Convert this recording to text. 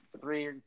three